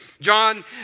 John